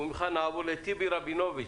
וממך נעבור לטיבי רבינוביץ'.